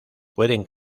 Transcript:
pueden